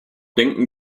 denken